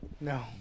No